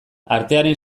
artearen